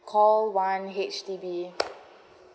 call one H_D_B